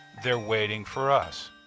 they're waiting for us.